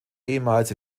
ehemals